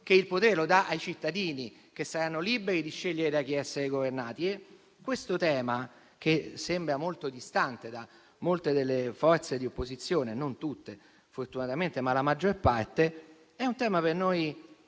il potere lo dà ai cittadini, che saranno liberi di scegliere da chi essere governati. Questo tema, che sembra molto distante da molte delle forze di opposizione - non tutte fortunatamente, ma la maggior parte - è per noi importante,